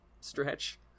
stretch